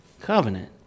Covenant